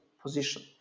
position